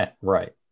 Right